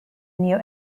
new